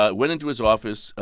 ah went into his office.